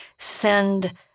send